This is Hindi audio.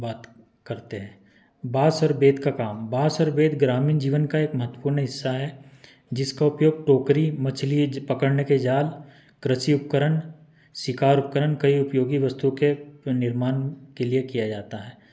बात करते हैं बांस और बेंत का काम बांस और बेंत ग्रामीण जीवन का एक महत्वपूर्ण हिस्सा है जिसका उपयोग टोकरी मछली पकड़ने के जाल कृषि उपकरण शिकार उपकरण कई उपयोगी वस्तुओं के पे निर्माण के लिए किया जाता है